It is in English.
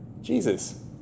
Jesus